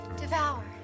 Devour